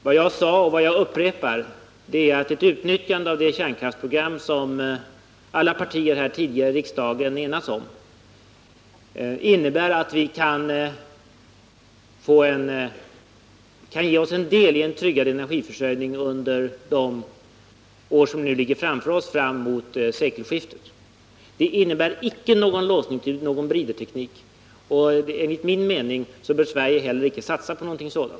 Vad jag sade var, och jag upprepar det, att ett utnyttjande av det kärnkraftsprogram alla partier tidigare här i riksdagen enats om kan ge oss del i en tryggad energiförsörjning under de år som ligger framför oss fram till sekelskiftet. Det innebär icke en låsning till någon bridteknik, och enligt min mening bör Sverige heller icke satsa på någon sådan.